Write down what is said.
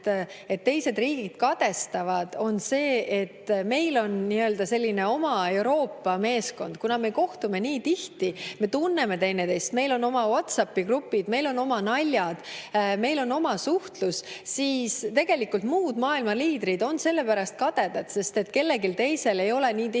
et teised riigid kadestavad, et meil on selline oma Euroopa meeskond. Kuna me kohtume nii tihti, me tunneme üksteist, meil on oma WhatsAppi grupid, meil on oma naljad, meil on oma suhtlus, siis tegelikult muud maailma liidrid on sellepärast kadedad, sest kellelgi teisel ei ole nii tihedat